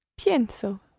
Pienso